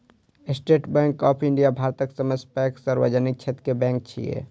state Bank of India भारतक सबसं पैघ सार्वजनिक क्षेत्र के बैंक छियै